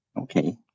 Okay